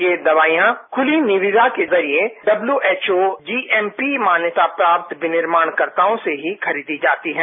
ये दवाईयां खुली निविदा केजरिए डब्ल्यू एच ओ जीएमपी से मान्यता प्राप्त विनिर्माणकर्ताओंसे ही खरीदी जाती हैं